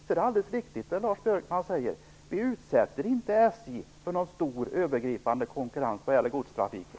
Så det som Lars Björkman säger är alldeles riktigt: Vi utsätter inte SJ för någon stor övergripande konkurrens vad gäller godstrafiken.